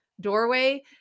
doorway